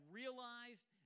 realized